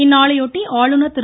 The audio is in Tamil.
இந்நாளையொட்டி ஆளுநர் திரு